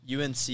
UNC